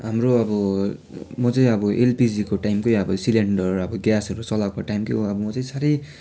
हाम्रो अब म चाहिँ एलपिजीको टाइमकै अब सिलिन्डर अब ग्यासहरू चलाएको टाइमकै हो अब म चाहिँ साह्रै